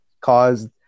caused